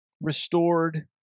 restored